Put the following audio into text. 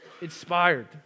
inspired